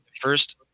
First